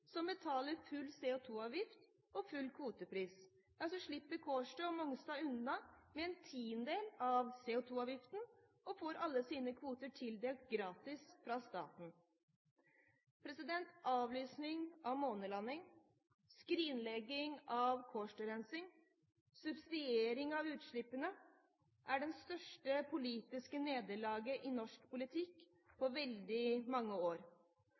som betaler full CO2-avgift og full kvotepris, slipper Kårstø og Mongstad unna med en tiendedel av CO2-avgiften og får alle sine kvoter tildelt gratis fra staten. Avlysning av månelanding, skrinlegging av Kårstø-rensing og subsidiering av utslipp er det største politiske nederlaget i norsk politikk på veldig mange år,